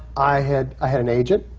i had had an agent,